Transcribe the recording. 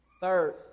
Third